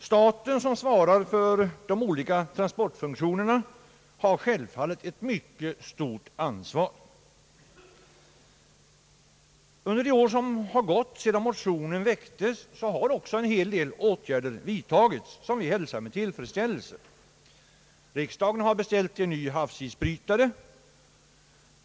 Staten som svarar för de olika transportfunktionerna har självfallet ett mycket stort ansvar. Under det år som har gått sedan motionerna väcktes har också en del åtgärder vidtagits som vi hälsar med tillfredsställelse. Riksdagen har beställt en ny havsisbrytare.